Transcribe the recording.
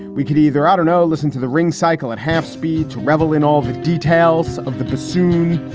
we could either out or no. listen to the ring cycle at half speed to revel in all the details of the bassoon.